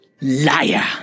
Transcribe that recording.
Liar